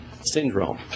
syndrome